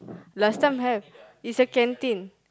last time have is a canteen